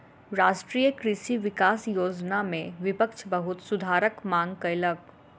राष्ट्रीय कृषि विकास योजना में विपक्ष बहुत सुधारक मांग कयलक